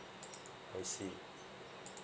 I see